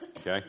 Okay